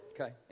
Okay